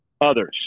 others